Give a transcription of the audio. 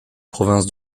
provinces